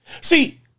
See